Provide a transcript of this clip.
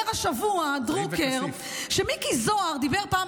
אומר השבוע דרוקר שמיקי זוהר דיבר פעם